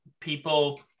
people